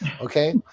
Okay